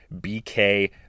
BK